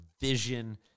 vision